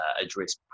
address